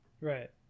right